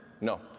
No